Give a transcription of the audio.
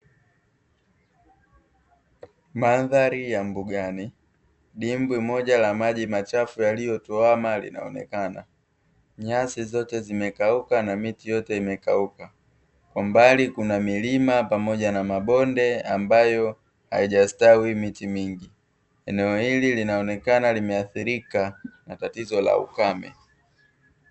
Mandhari ya mbugani, dimbwi moja la maji machafu yaliyotuama linaonekana. Nyasi zote zimekauka na miti yote imekauka. Kwa mbali kuna milima pamoja na mabonde ambayo haijastawi miti mingi, eneo hili linaonekana limeathirika na tatizo la ukame.